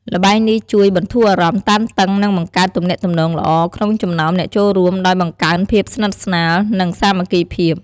ល្បែងនេះជួយបន្ធូរអារម្មណ៍តានតឹង និងបង្កើតទំនាក់ទំនងល្អ ក្នុងចំណោមអ្នកចូលរួម ដោយបង្កើនភាពស្និទ្ធស្នាល និងសាមគ្គីភាព។